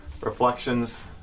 reflections